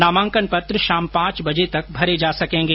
नामांकन पत्र शाम पांच बजे तक भरे जा सकेंगे